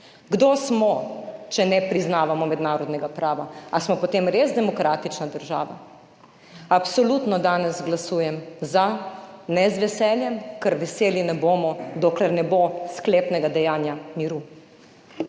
Kdo smo, če ne priznavamo mednarodnega prava? Ali smo potem res demokratična država? Absolutno, danes glasujem za. Ne z veseljem, ker veseli ne bomo, dokler ne bo sklepnega dejanja miru.